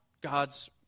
God's